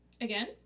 Again